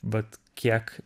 vat kiek